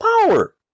power